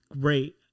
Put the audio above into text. Great